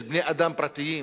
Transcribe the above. של בני-אדם פרטיים,